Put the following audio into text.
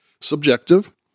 subjective